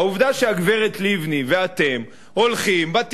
העובדה שהגברת לבני ואתם הולכים ואומרים